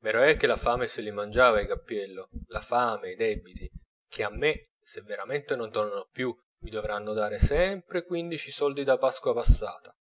vero è che la fame se gli mangiava i cappiello la fame e i debiti che a me se veramente non tornano più mi dovranno dare sempre quindici soldi da pasqua passata